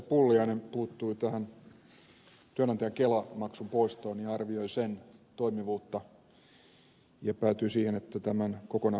pulliainen puuttui tähän työnantajan kelamaksun poistoon ja arvioi sen toimivuutta ja päätyi siihen että tämän kokonaan poistaminen oli virhe